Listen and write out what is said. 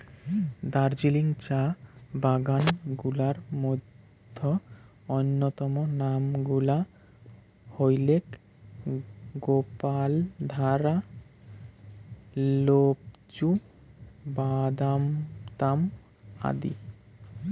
দার্জিলিং চা বাগান গুলার মইধ্যে অইন্যতম নাম গুলা হইলেক গোপালধারা, লোপচু, বাদামতাম আদি